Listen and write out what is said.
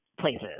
Places